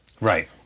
Right